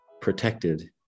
protected